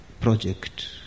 project